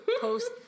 post